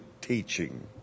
teaching